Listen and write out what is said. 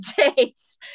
Jace